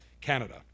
Canada